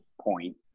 point